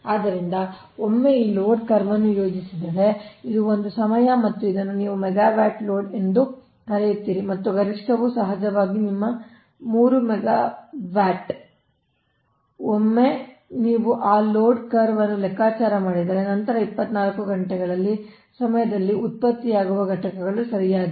ಆದ್ದರಿಂದ ಒಮ್ಮೆ ಈ ಲೋಡ್ ಕರ್ವ್ ಅನ್ನು ಯೋಜಿಸಿದರೆ ಇದು ಒಂದು ಸಮಯ ಮತ್ತು ಇದನ್ನು ನೀವು ಮೆಗಾವ್ಯಾಟ್ ಲೋಡ್ ಎಂದು ಕರೆಯುತ್ತೀರಿ ಮತ್ತು ಗರಿಷ್ಠವು ಸಹಜವಾಗಿ ನಿಮ್ಮ 3 ಮೆಗಾವ್ಯಾಟ್ ಒಮ್ಮೆ ನೀವು ಆ ಲೋಡ್ ಕರ್ವ್ ಅನ್ನು ಲೆಕ್ಕಾಚಾರ ಮಾಡಿದರೆ ನಂತರ 24 ಗಂಟೆಗಳ ಸಮಯದಲ್ಲಿ ಉತ್ಪತ್ತಿಯಾಗುವ ಘಟಕಗಳು ಸರಿಯಾಗಿವೆ